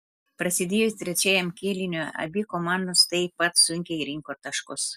prasidėjus trečiajam kėliniui abi komandos taip pat sunkiai rinko taškus